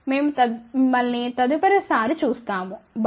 మేము మిమ్మల్ని తదుపరి సారి చూస్తాము బై